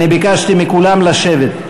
אני ביקשתי מכולם לשבת.